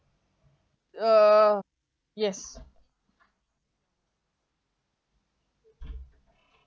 err yes